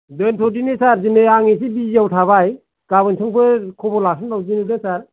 दोनथ'दिनि सार दिनै आं एसे बिजियाव थाबाय गाबोन संफोर खबर लाफिनबावसै दे सार